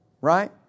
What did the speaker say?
Right